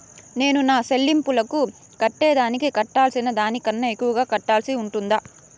నేను నా సెల్లింపులకు కట్టేదానికి కట్టాల్సిన దానికన్నా ఎక్కువగా కట్టాల్సి ఉంటుందా?